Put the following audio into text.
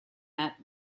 met